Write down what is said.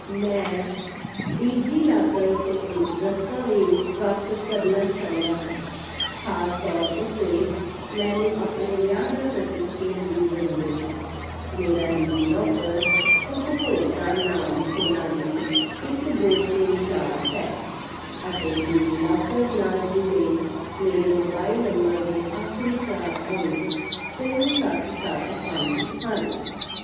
ਮੈਂ ਡਿਜੀਲਾਕਰ ਤੋਂ ਇੱਕ ਦਸਤਾਵੇਜ਼ ਪ੍ਰਾਪਤ ਕਰਨਾ ਚਾਹੁੰਦਾ ਹਾਂ ਖਾਸ ਤੌਰ ਉੱਤੇ ਮੈਨੂੰ ਆਪਣੇ ਵਿਆਹ ਦਾ ਸਰਟੀਫਿਕੇਟ ਦੀ ਜ਼ਰੂਰਤ ਹੈ ਮੇਰਾ ਡਿਜੀਲਾਕਰ ਉਪਭੋਗਤਾ ਨਾਮ ਸੋਨਾਲੀ ਇੱਕ ਦੋ ਤਿੰਨ ਚਾਰ ਹੈ ਅਤੇ ਡਿਜੀਲਾਕਰ ਨਾਲ ਜੁੜੇ ਮੇਰੇ ਮੋਬਾਈਲ ਨੰਬਰ ਦੇ ਆਖਰੀ ਚਾਰ ਅੰਕ ਤਿੰਨ ਸੱਤ ਸੱਤ ਪੰਜ ਹਨ